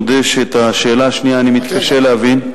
אני מודה שאת השאלה השנייה אני מתקשה להבין.